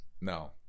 no